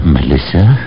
Melissa